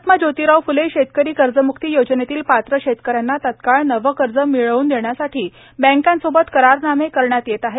महात्मा ज्योतिराव फुले शेतकरी कर्जमुक्ती योजनेतील पात्र शेतक यांना तत्काळ नवे कर्ज मिळवून देण्यासाठी बँकांसोबत करारनामे करण्यात येत आहेत